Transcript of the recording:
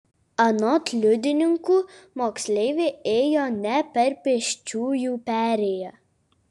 anot liudininkų moksleivė ėjo ne per pėsčiųjų perėją